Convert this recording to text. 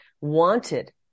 wanted